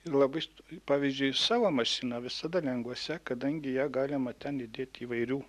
ir labai pavyzdžiui savo mašiną visada lengva sekt kadangi į ją galima ten įdėti įvairių